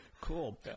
Cool